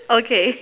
okay